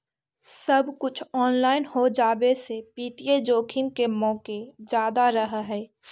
सब कुछ ऑनलाइन हो जावे से वित्तीय जोखिम के मोके जादा रहअ हई